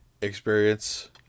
experience